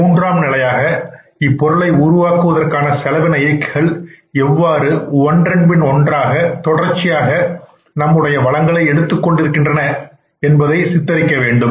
மூன்றாம் நிலையாக இப்பொருளை உருவாக்குவதற்கான காஸ்ட் டிரைவர் எவ்வாறு ஒன்றன்பின் ஒன்றாக தொடர்ச்சியாக நம்முடைய வளங்களை எடுத்துக் கொண்டு இருக்கின்றன என்பதை சித்தரிக்க வேண்டும்